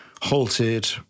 halted